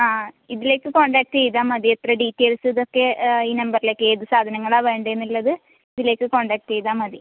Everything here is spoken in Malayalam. ആ ഇതിലേക്ക് കോൺടാക്ട് ചെയ്താൽ മതി എത്ര ഡീറ്റെയിൽസ് ഇതൊക്കെ ഈ നമ്പറിലേക്ക് ഏത് സാധനങ്ങളാണ് വേണ്ടതെന്നുള്ളത് ഇതിലേക്ക് കോണ്ടാക്ട് ചെയ്താൽ മതി